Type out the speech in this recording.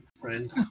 Friend